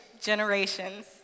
generations